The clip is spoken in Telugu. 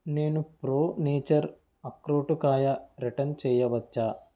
నేను ప్రో నేచర్ అక్రోటుకాయ రిటర్న్ చేయవచ్చా